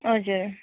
हजुर